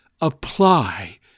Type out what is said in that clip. Apply